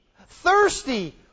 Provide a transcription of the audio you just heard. thirsty